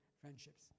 friendships